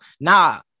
Nah